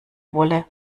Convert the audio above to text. wolle